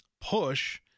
push